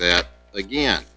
that again